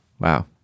Wow